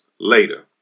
later